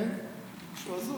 משהו הזוי.